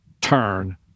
turn